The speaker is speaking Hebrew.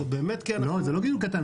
זה לא גידול קטן.